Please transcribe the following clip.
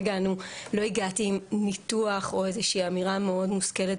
לא הגעתי עם ניתוח או עם איזו שהיא אמירה מאוד מושכלת